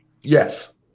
Yes